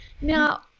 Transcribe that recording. Now